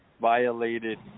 violated